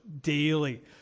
daily